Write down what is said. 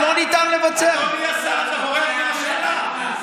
אתה בורח מהשאלה.